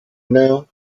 now